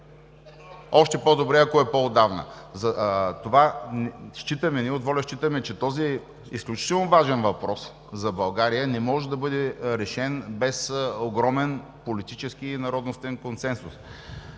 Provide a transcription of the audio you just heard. Още по-добре, ако е от по-отдавна. Ние от „Воля“ считаме, че този изключително важен въпрос за България не може да бъде решен без огромен политически и народностен консенсус.